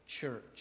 church